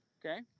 okay